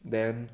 then